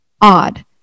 odd